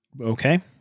Okay